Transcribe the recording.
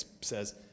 says